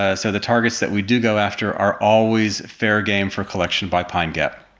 ah so the targets that we do go after are always fair game for collection by pine gap.